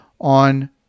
on